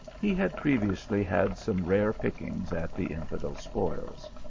he had previously had some rare pickings at the infidel spoils.